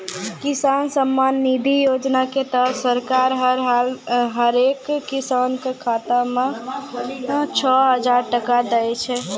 किसान सम्मान निधि योजना के तहत सरकार हर साल हरेक किसान कॅ खाता मॅ छो हजार टका दै छै